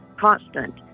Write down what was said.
constant